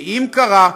ואם קרה,